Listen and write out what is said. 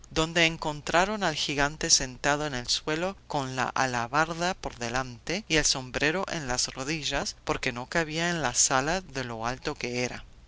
donde encontraron al gigante sentado en el suelo con la alabarda por delante y el sombrero en las rodillas porque no cabía en la sala de lo alto que era